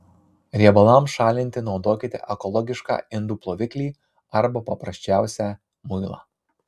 riebalams šalinti naudokite ekologišką indų ploviklį arba paprasčiausią muilą